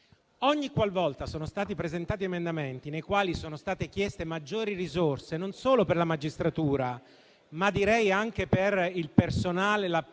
Ogni qualvolta sono stati presentati emendamenti nei quali sono state chieste maggiori risorse, non solo per la magistratura, ma anche per il personale della